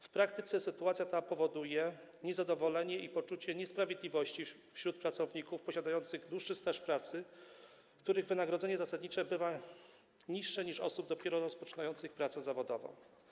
W praktyce sytuacja ta powoduje niezadowolenie i poczucie niesprawiedliwości wśród pracowników posiadających dłuższy staż pracy, których wynagrodzenie zasadnicze bywa niższe niż w przypadku osób dopiero rozpoczynających pracę zawodową.